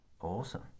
Awesome